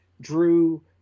Drew